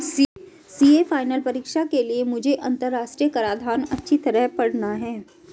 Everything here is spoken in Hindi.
सीए फाइनल परीक्षा के लिए मुझे अंतरराष्ट्रीय कराधान अच्छी तरह पड़ना है